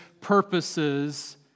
purposes